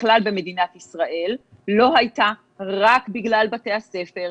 ובכלל במדינת ישראל לא הייתה רק בגלל בתי הספר,